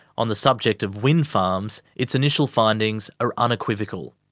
on the subject of wind farms, its initial findings are unequivocal.